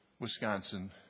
Wisconsin